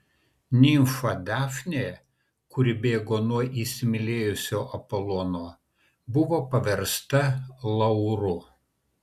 nimfa dafnė kuri bėgo nuo įsimylėjusio apolono buvo paversta lauru